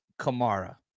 Kamara